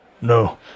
No